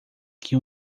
que